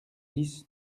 dix